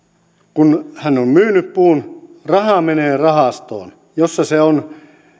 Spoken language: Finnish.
kun hän on myynyt puun raha menee rahastoon jossa se on